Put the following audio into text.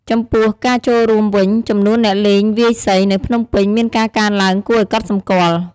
ចំពោះការចូលរួមវិញ ចំនួនអ្នកលេងវាយសីនៅភ្នំពេញមានការកើនឡើងគួរឲ្យកត់សម្គាល់។